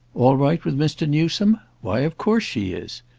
all right with mr. newsome? why of course she is!